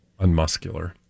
unmuscular